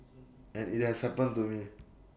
and IT has happened to me